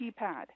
keypad